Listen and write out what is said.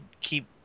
keep